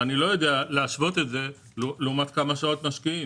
ואני לא יודע להשוות את זה לעומת כמה שעות משקיעים,